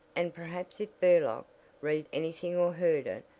and perhaps if burlock read anything or heard it,